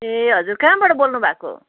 ए हजुर कहाँबाट बोल्नु भएको